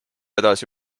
edasi